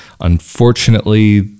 unfortunately